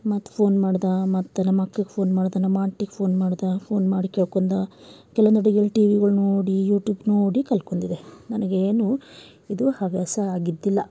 ಮತ್ತು ಫೋನ್ ಮಾಡ್ದೆ ಮತ್ತು ನಮ್ಮಕ್ಕಗೆ ಫೋನ್ ಮಾಡಿದೆ ನಮ್ಮ ಆಂಟಿಗೆ ಫೋನ್ ಮಾಡ್ದೆ ಫೋನ್ ಮಾಡಿ ಕೇಳ್ಕೊಂಡೆ ಕೆಲವೊಂದಡುಗೆಗಳು ಟಿವಿಗಳ್ನ ನೋಡಿ ಯೂಟೂಬ್ ನೋಡಿ ಕಲ್ತ್ಕೊಂಡಿದ್ದೆ ನನಗೇನು ಇದು ಹವ್ಯಾಸ ಆಗಿದ್ದಿಲ್ಲ